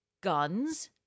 guns